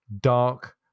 dark